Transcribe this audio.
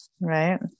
Right